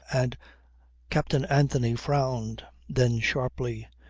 and captain anthony frowned. then sharply,